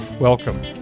Welcome